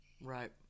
Right